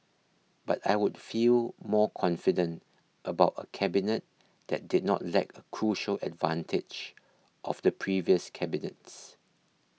but I would feel more confident about a cabinet that did not lack a crucial advantage of the previous cabinets